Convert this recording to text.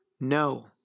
No